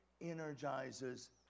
energizes